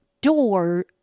door